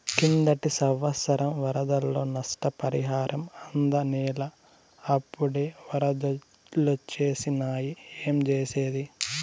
కిందటి సంవత్సరం వరదల్లో నష్టపరిహారం అందనేలా, అప్పుడే ఒరదలొచ్చేసినాయి ఏంజేసేది